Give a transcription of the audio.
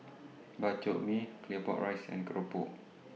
Bak Chor Mee Claypot Rice and Keropok